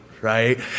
right